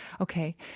Okay